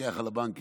המפקח על הבנקים,